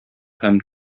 һәм